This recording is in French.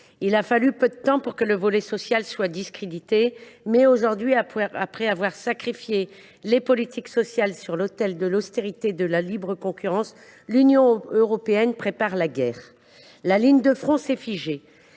Il a fallu peu de temps pour que le volet social soit discrédité. Aujourd’hui, après avoir sacrifié les politiques sociales sur l’autel de l’austérité et de la libre concurrence, l’Union européenne prépare la guerre. Si la ligne de front s’est figée,